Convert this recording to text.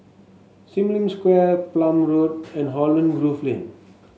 Sim Lim Square Palm Road and Holland Grove Lane